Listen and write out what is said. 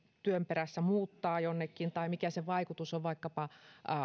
työn perässä muuttaa jonnekin mikä sen vaikutus on vaikkapa